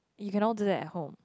you can all do that at home